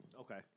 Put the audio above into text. Okay